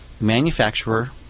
manufacturer